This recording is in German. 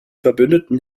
verbündeten